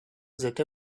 that